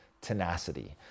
tenacity